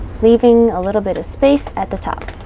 leaving a little bit of space at the top